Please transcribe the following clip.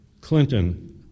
Clinton